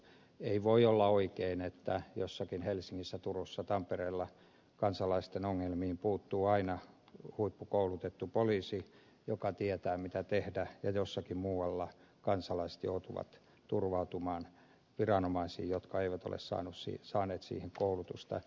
ei voi olla oikein että jossakin helsingissä turussa tampereella kansalaisten ongelmiin puuttuu aina huippukoulutettu poliisi joka tietää mitä tehdä ja jossakin muualla kansalaiset joutuvat turvautumaan viranomaisiin jotka eivät ole saaneet siihen koulutusta